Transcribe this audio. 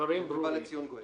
יש הערות?